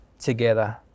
together